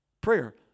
prayer